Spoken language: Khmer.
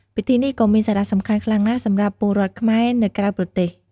ពិធីនេះក៏មានសារៈសំខាន់ខ្លាំងណាស់សម្រាប់ពលរដ្ឋខ្មែរនៅក្រៅប្រទេស។